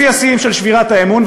שיא השיאים של שבירת האמון,